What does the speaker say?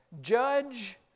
judge